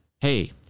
hey